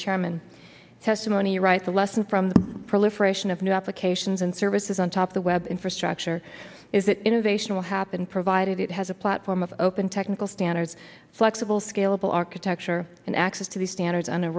chairman testimony writes a lesson from proliferation of new applications and services on top the web infrastructure is that innovation will happen provided it has a platform of open technical standards flexible scalable architecture and access to the standards